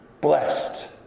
Blessed